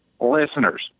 listeners